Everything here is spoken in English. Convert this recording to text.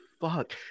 fuck